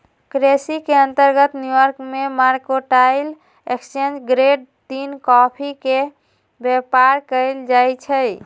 केसी के अंतर्गत New York mercantile exchange grade तीन कॉफी के व्यापार कएल जाइ छइ